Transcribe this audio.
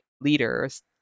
leaders